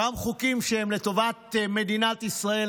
גם חוקים שהם לטובת מדינת ישראל,